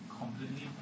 completely